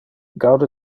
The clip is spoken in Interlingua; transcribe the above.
gaude